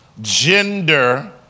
Gender